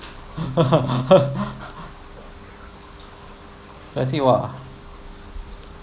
P_R_C mah